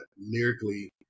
lyrically